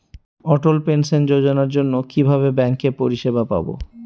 অটল pension যোজনার জন্য কিভাবে ব্যাঙ্কে পরিষেবা পাবো?